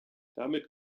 damit